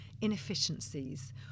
inefficiencies